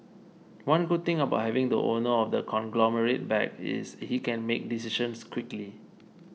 one good thing about having the owner of the conglomerate back is he can make decisions quickly